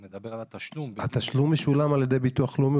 מדבר על התשלום --- התשלום משולם על ידי ביטוח לאומי,